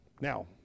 Now